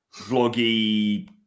vloggy